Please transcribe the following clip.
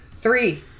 Three